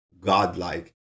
godlike